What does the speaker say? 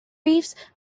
reef